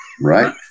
Right